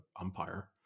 umpire